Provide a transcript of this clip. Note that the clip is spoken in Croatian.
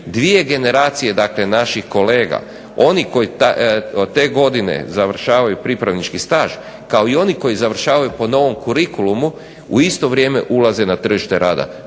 dvije generacije, dakle naših kolega oni koji te godine završavaju pripravnički staž kao i oni koji završavaju po novom kurikulumu u isto vrijeme ulaze na tržište rada.